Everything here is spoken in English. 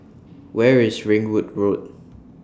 Where IS Ringwood Road